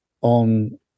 on